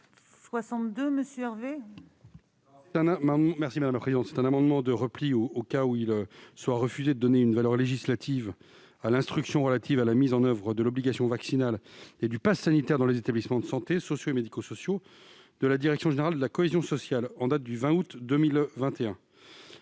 Loïc Hervé. Il s'agit d'un amendement de repli, au cas où il serait refusé de donner une valeur législative à l'instruction relative à la mise en oeuvre de l'obligation vaccinale et du passe sanitaire dans les établissements de santé, sociaux et médico-sociaux de la direction générale de la cohésion sociale, en date du 20 août 2021.